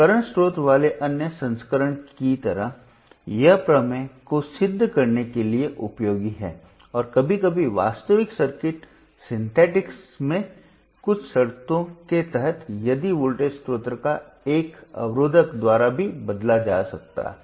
वर्तमान स्रोत वाले अन्य संस्करण की तरह यह प्रमेयों को सिद्ध करने के लिए उपयोगी है और कभी कभी वास्तविक सर्किट सिंथेटिक्स में कुछ शर्तों के तहत यदि वोल्टेज स्रोत को एक रोकनेवाला द्वारा भी बदला जा सकता है